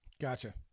Gotcha